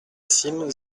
cîme